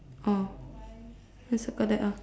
oh then circle that ah